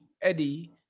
Eddie